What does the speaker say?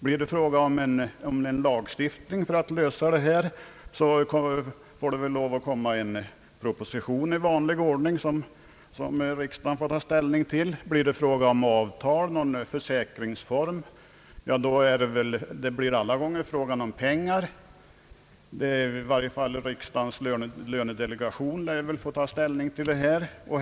Blir det fråga om en lagstiftning för att lösa detta problem, får det väl komma en proposition i vanlig ordning, som riksdagen får ta ställning till. Blir det fråga om avtal, någon försäkringsform, så gäller det i alla händelser pengar, och riksdagens lönedelegation får då ta ställning till ärendet.